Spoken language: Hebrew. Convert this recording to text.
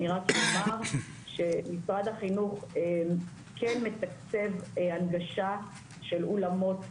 אני רק אומר שמשרד החינוך כן מתקצב הנגשה של אולמות,